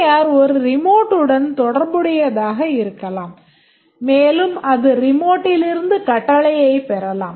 R ஒரு ரிமோட்டுடன் தொடர்புடையதாக இருக்கலாம் மேலும் அது remoteலிருந்து கட்டளையைப் பெறலாம்